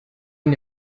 une